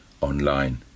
online